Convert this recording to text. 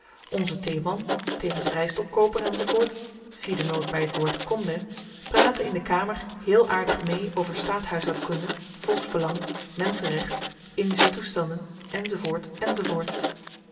onze theeman tevens rystopkooper enz zie de noot by t woord konde praten in de kamer heel aardig mee over staathuishoudkunde volksbelang menschenrecht indische toestanden